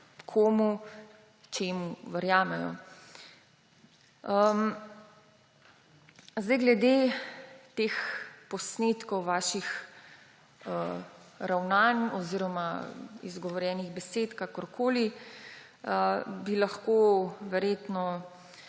komu, čemu verjamejo. Glede posnetkov vaših ravnanj oziroma izgovorjenih besed, kakorkoli, bi lahko verjetno